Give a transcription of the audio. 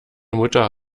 mutter